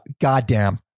Goddamn